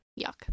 Yuck